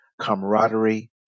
camaraderie